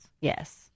Yes